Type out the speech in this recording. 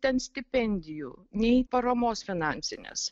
ten stipendijų nei paramos finansinės